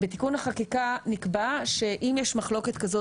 בתיקון החקיקה נקבע שאם יש מחלוקת כזאת